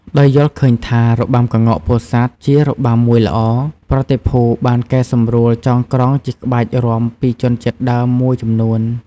ដោយយល់ឃើញថា របាំក្ងោកពោធិ៍សាត់ជារបាំមួយល្អ ប្រតិភូបានកែសម្រួលចងក្រងជាក្បាច់រាំពីជនជាតិដើមមួយចំនួន។